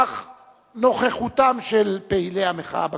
אך נוכחותם של פעילי המחאה בכנסת,